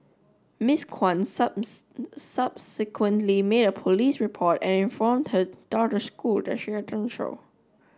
Miss Kwan subsequently made a police report and informed he daughter's school that she had done so